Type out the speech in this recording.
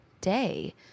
day